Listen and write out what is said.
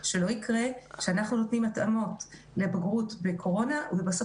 שלא יקרה שאנחנו נותנים התאמות לבגרות בקורונה ובסוף